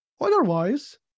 Otherwise